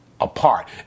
apart